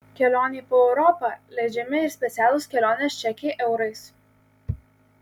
kelionei po europą leidžiami ir specialūs kelionės čekiai eurais